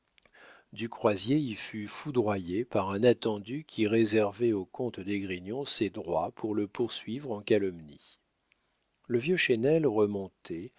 du croisier y fut foudroyé par un attendu qui réservait au comte d'esgrignon ses droits pour le poursuivre en calomnie le vieux chesnel remontait